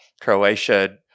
Croatia